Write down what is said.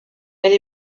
elle